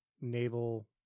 naval